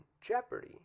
jeopardy